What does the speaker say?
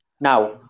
Now